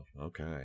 Okay